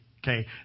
Okay